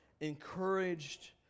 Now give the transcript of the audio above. encouraged